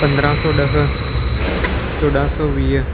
पंद्राहं सौ ॾह चौॾहं सौ वीह